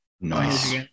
Nice